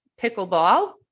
pickleball